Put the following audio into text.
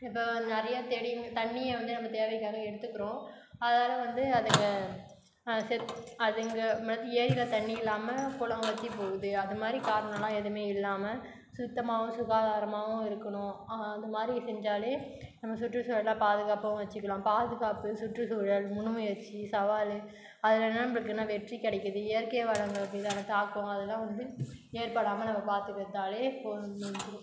இப்போ நிறைய தெளிம் தண்ணியை வந்து நம்ம தேவைக்காக எடுத்துக்குறோம் அதனால் வந்து அதுக்கு செக் அது இங்கே மத் ஏரியில தண்ணி இல்லாமல் குளம் வத்திப்போகுது அது மாதிரி காரணோலாம் எதுவுமே இல்லாமல் சுத்தமாகவும் சுகாதாரமாகவும் இருக்கணும் அது மாதிரி செஞ்சாலே நம்ம சுற்றுசூழலை பாதுகாப்பாகவும் வச்சிக்கலாம் பாதுகாப்பு சுற்றுசூழல் முனுமுயற்சி சவால் அதில் நம்மளுக்குன்னா வெற்றி கிடைக்குது இயற்கை வளங்கள் மீதான தாக்கம் அதெலாம் வந்து ஏற்படாமல் நம்ம பார்த்துக்கிட்டாலே போதும் முடிஞ்சிரும்